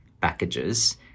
packages